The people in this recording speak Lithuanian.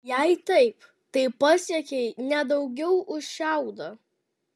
jei taip tai pasiekei ne daugiau už šiaudą